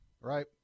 right